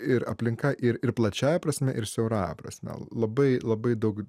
ir aplinka ir ir plačiąja prasme ir siaurąja prasme labai labai daug